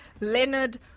Leonard